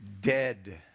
dead